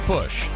Push